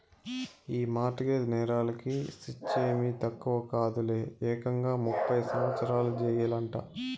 ఈ mortgage నేరాలకి శిచ్చేమీ తక్కువ కాదులే, ఏకంగా ముప్పై సంవత్సరాల జెయిలంట